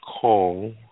call